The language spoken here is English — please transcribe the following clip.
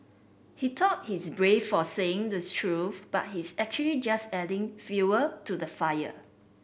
he thought he's brave for saying the truth but he's actually just adding fuel to the fire